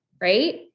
right